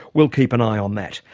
we'll keep an eye on that.